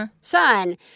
son